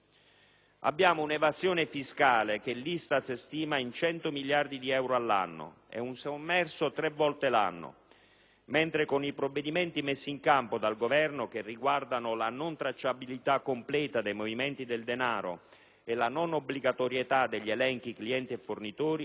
Abbiamo un'evasione fiscale che l'ISTAT stima in 100 miliardi di euro all'anno e un sommerso pari a tre volte tanto all'anno, mentre con i provvedimenti messi in campo dal Governo che riguardano la non tracciabilità completa dei movimenti del denaro e la non obbligatorietà degli elenchi clienti‑fornitori